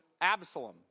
Absalom